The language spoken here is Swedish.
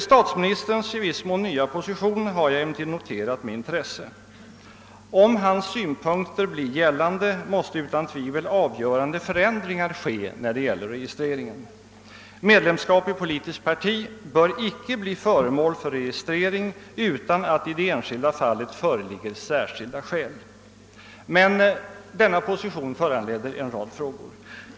Statsministerns i viss mån nya position har jag emellertid noterat med intresse. Om hans synpunkter blir gällande måste utan tvivel avgörande förändringar genomföras när det gäller registreringen. Medlemskap i politiskt parti bör icke bli föremål för registrering utan att det i det enskilda fallet föreligger särskilda skäl. Denna position föranleder dock en rad frågor.